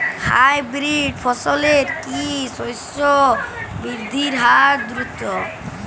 Hybrid ফসলের কি শস্য বৃদ্ধির হার দ্রুত?